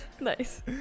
Nice